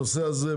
הנושא הזה,